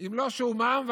אם לא מה שהוא מבקש?